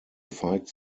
fight